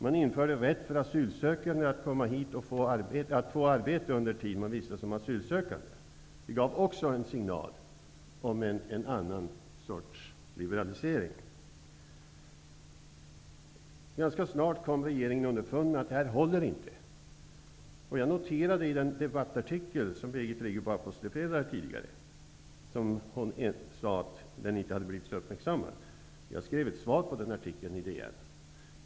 Man införde rätt för flyktingar att få arbete under den tid som de vistades här som asylsökande. Detta gav också en signal om en annan sorts liberalisering. Ganska snart kom regeringen underfund med att detta inte skulle hålla. Birgit Friggebo apostroferade tidigare en debattartikel. Hon sade att den inte hade blivit så uppmärksammad. Jag skrev ett svar på den artikeln i DN.